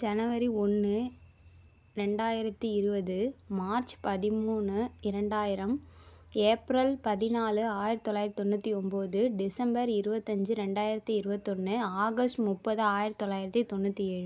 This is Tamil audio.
ஜனவரி ஒன்று ரெண்டாயிரத்து இருபது மார்ச் பதிமூணு இரண்டாயிரம் ஏப்ரல் பதினாலு ஆயிரத்தி தொள்ளாயிரத்து தொண்ணூற்றி ஒம்பது டிசம்பர் இருபத்தஞ்சி ரெண்டாயிரத்து இருபத்தொன்னு ஆகஸ்ட் முப்பது ஆயிரத்து தொள்ளாயிரத்து தொண்ணூற்றி ஏழு